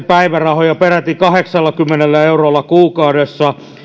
päivärahoja peräti kahdeksallakymmenellä eurolla kuukaudessa